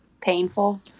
Painful